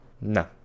No